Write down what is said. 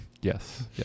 Yes